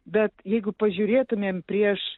bet jeigu pažiūrėtumėm prieš